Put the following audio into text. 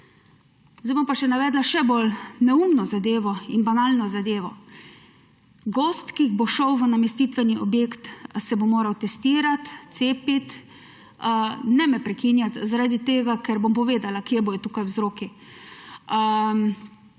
Zdaj bom pa navedla še bolj neumno zadevo in banalno zadevo. Gost, ki bo šel v namestitveni objekt, ali se bo moral testirati, cepiti … /oglašanje iz dvorane/ Ne me prekinjati, zaradi tega, ker bom povedala, kje bodo tukaj vzroki.